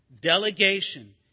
Delegation